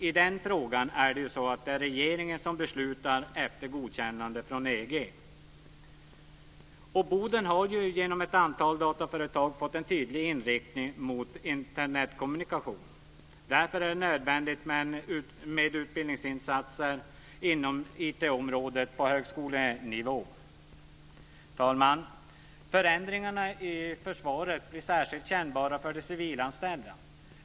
I den frågan är det regeringen som beslutar efter godkännande av EG. Boden har genom ett antal dataföretag fått en tydlig inriktning mot Internetkommunikation. Därför är det nödvändigt med utbildningsinsatser inom IT-området på högskolenivå. Fru talman! Förändringarna i försvaret blir särskilt kännbara för de civilanställda.